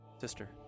Sister